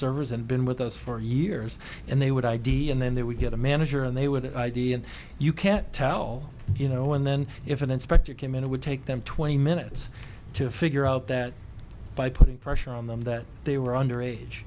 servers and been with us for years and they would id and then they would get a manager and they would have idea and you can tell you know when then if an inspector came in it would take them twenty minutes to figure out that by putting pressure on them that they were under age